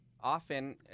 Often